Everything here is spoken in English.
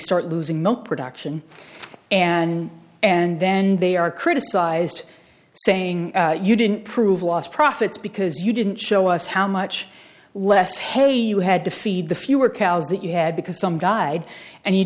start losing not production and and then they are criticize just saying you didn't prove lost profits because you didn't show us how much less hey you had to feed the fewer cows that you had because some died and